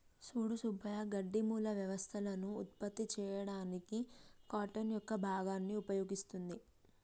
సూడు సుబ్బయ్య గడ్డి మూల వ్యవస్థలను ఉత్పత్తి చేయడానికి కార్టన్ యొక్క భాగాన్ని ఉపయోగిస్తుంది